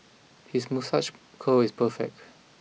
his moustache curl is perfect